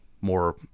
more